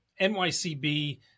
nycb